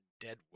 Deadwood